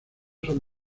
son